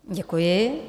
Děkuji.